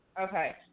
Okay